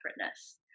separateness